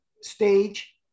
stage